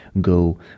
go